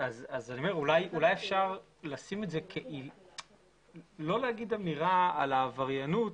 אולי אפשר לא להגיד אמירה על העבריינות